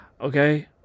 Okay